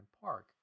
Park